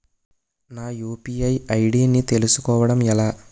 నా UPI ID ని తెలుసుకోవడం ఎలా?